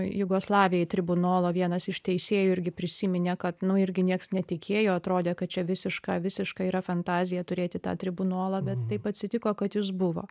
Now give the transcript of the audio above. jugoslavijai tribunolo vienas iš teisėjų irgi prisiminė kad nu irgi nieks netikėjo atrodė kad čia visiška visiška yra fantazija turėti tą tribunolą bet taip atsitiko kad jis buvo